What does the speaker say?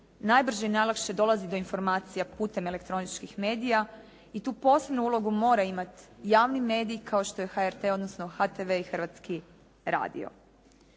najbrže i najlakše dolazi do informacija putem elektroničkih medija i tu posebnu ulogu mora imati javni medij kao što je HRT, odnosno HTV i Hrvatski radio.